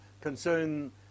concern